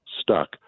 stuck